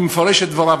אני מפרש את דבריו,